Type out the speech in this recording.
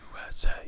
USA